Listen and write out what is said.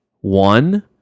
one